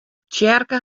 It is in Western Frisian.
tsjerke